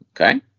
Okay